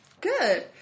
Good